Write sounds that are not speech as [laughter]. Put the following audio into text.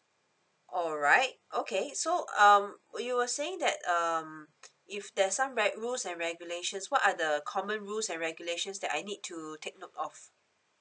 alright okay so um you were saying that um [noise] if there's some red rules and regulations what are the common rules and regulations that I need to take note of